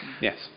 yes